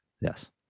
Yes